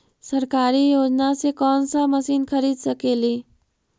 सरकारी योजना से कोन सा मशीन खरीद सकेली?